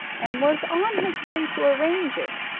and was on his way to arrange it,